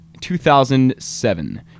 2007